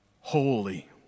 holy